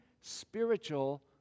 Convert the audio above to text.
spiritual